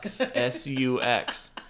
S-U-X